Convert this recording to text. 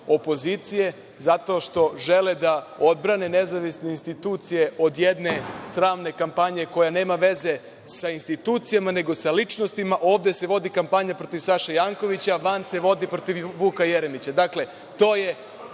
opozicije zato što žele da odbrane nezavisne institucije od jedne sramne kampanje koja nema veze sa institucijama, nego sa ličnostima. Ovde se vodi kampanja protiv Saše Jankovića, van se vodi protiv Vuka Jeremića. Dakle,